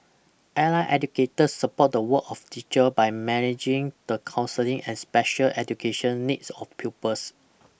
allied educators support the work of teacher by managing the counselling and special education needs of pupils